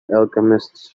alchemists